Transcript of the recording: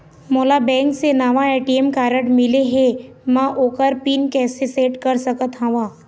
मोला बैंक से नावा ए.टी.एम कारड मिले हे, म ओकर पिन कैसे सेट कर सकत हव?